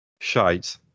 shite